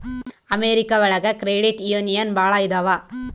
America ಒಳಗ credit union ಭಾಳ ಇದಾವ